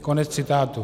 Konec citátu.